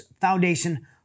foundation